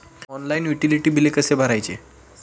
Online utility बिले कसे भरायचे?